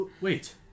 Wait